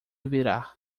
virar